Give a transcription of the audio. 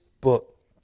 book